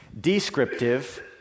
descriptive